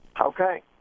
Okay